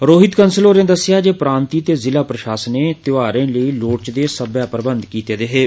रोहित कंसल होरें दस्सेआ जे प्रांतीय ते जिला प्रशासने ध्यार लेई लोड़चदे सब्बै प्रबंध कीते दे हे